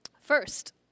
First